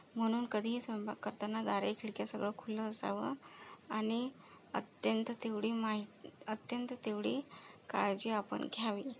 म्हणून कधीही स्वयंपाक करताना दारे खिडक्या सगळं खुलं असावं आणि अत्यंत तेवढी माई अत्यंत तेवढी काळजी आपण घ्यावी